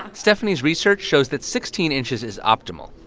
stephani's research shows that sixteen inches is optimal.